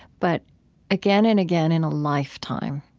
but again and again in a lifetime,